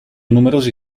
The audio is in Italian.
numerosi